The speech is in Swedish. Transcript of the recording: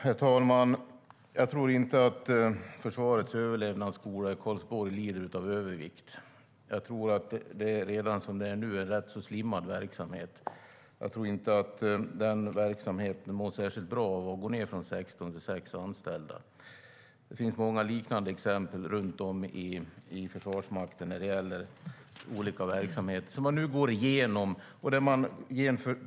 Herr talman! Jag tror inte att Försvarets överlevnadsskola i Karlsborg lider av övervikt. Den har redan nu en rätt slimmad verksamhet, och jag tror inte att den mår särskilt bra av att antalet anställda går ned från 16 till 6 anställda. Det finns många liknande exempel runt om i Försvarsmakten på olika verksamheter som man nu går igenom.